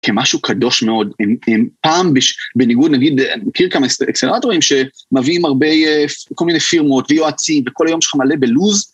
כמשהו קדוש מאוד, פעם בניגוד נגיד אני מכיר כמה אקסלרטורים שמביאים הרבה כל מיני פירמות ויועצים וכל היום יש לך מלא בלוז.